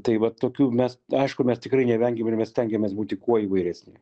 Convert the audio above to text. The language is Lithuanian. tai va tokių mes aišku mes tikrai nevengiam ir mes stengiamės būti kuo įvairesni